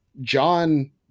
John